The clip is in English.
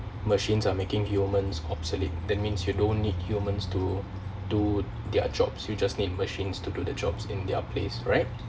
machines are making humans obsolete that means you don't need humans to do their jobs you just need machines to do their jobs in their place right